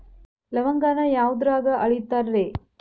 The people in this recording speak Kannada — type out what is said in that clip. ಲವಂಗಾನ ಯಾವುದ್ರಾಗ ಅಳಿತಾರ್ ರೇ?